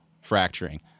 fracturing